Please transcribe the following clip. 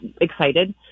excited